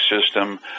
system